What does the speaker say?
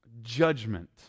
judgment